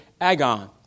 agon